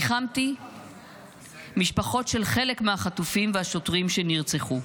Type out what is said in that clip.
ניחמתי משפחות של חלק מהחטופים והשוטרים שנרצחו.